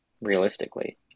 realistically